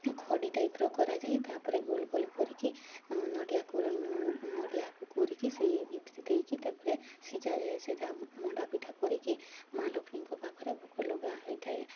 ଖଡ଼ି ଟାଇପର କରାଯାଏ ତାପରେ ଗୋଲ ଗୋଲ କରିକି ନଡ଼ିଆ କୋରା ନଡ଼ିଆକୁ କୋରିକି ସେ ଭିତରେ ଦେଇକି ତା'ପରେ ସିଝା ଯାଏ ସେଇଟା ମଣ୍ଡା ପିଠା କରିକି ମାଆ ଲକ୍ଷ୍ମୀଙ୍କ ପାଖରେ ଭୋଗ ଲଗା ହୋଇଥାଏ